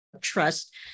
trust